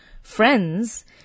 Friends